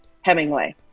Hemingway